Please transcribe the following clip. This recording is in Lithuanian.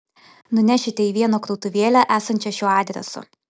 nunešite į vieną krautuvėlę esančią šiuo adresu